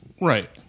right